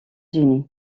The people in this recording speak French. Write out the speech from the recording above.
unis